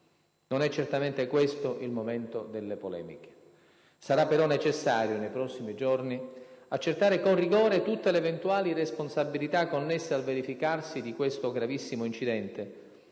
Non è certamente questo il momento delle polemiche; sarà però necessario, nei prossimi giorni, accertare con rigore tutte le eventuali responsabilità connesse al verificarsi di questo gravissimo incidente,